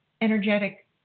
energetic